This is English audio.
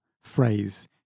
phrase